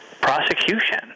prosecution